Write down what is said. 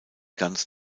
ganz